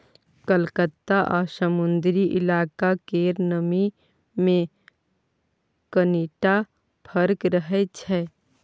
कलकत्ता आ समुद्री इलाका केर नमी मे कनिटा फर्क रहै छै